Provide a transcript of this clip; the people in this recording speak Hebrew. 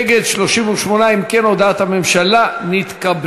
נגד, 38. אם כן, הודעת הממשלה נתקבלה.